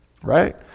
Right